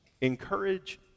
encourage